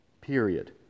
period